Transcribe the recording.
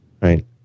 right